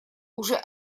уже